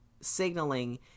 signaling